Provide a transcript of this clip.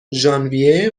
ژانویه